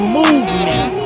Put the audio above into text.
movement